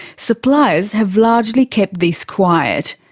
suppliers have largely kept this quiet.